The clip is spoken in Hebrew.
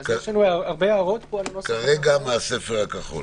כרגע נקרא מהנוסח הכחול.